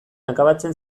akabatzen